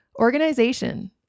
organization